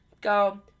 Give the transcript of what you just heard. go